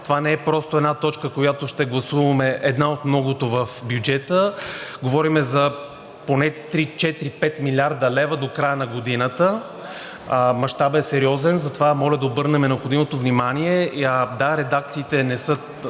Това не е просто една точка, която ще гласуваме, една от многото в бюджета, а говорим за поне три, четири, пет милиарда лева до края на годината. Мащабът е сериозен, затова моля да обърнем необходимото внимание. Да, редакциите не са